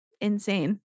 Insane